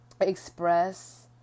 express